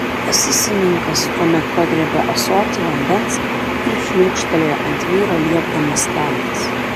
esesininkas tuomet pagriebė ąsotį vandens ir šliūkštelėjo ant vyro liepdamas keltis